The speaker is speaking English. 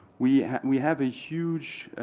we we have a huge